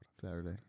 Saturday